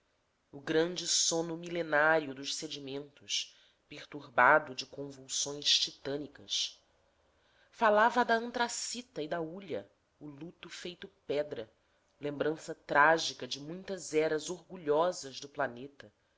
o grande sono milenário dos sedimentos perturbado de convulsões titânicas falava do antracito e da hulha o luto feito pedra lembrança trágica de muitas eras orgulhosas do planeta